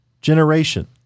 generation